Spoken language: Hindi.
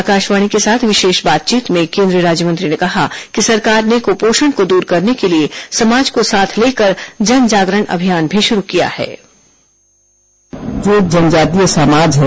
आकाशवाणी के साथ विशेष बातचीत में केंद्रीय राज्यमंत्री ने कहा कि सरकार ने कुपोषण को दूर करने के लिए समाज को साथ लेकर जन जागरण अभियान भी शुरू किया है